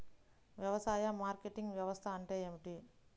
వ్యవసాయ మార్కెటింగ్ వ్యవస్థ అంటే ఏమిటి?